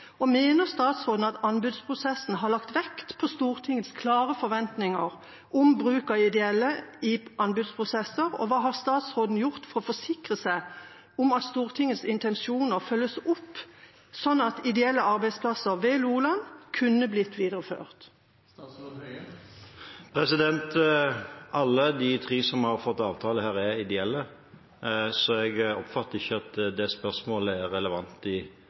Mener statsråden at man i anbudsprosessen har lagt vekt på Stortingets klare forventninger om bruk av ideelle i anbudsprosesser, og hva har statsråden gjort for å forsikre seg om at Stortingets intensjoner følges opp, slik at ideelle arbeidsplasser ved Loland kunne blitt videreført? Alle de tre som har fått avtale, er ideelle, så jeg oppfatter ikke at det spørsmålet er relevant i